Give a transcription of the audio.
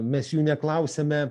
mes jų neklausiame